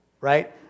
right